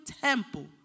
temple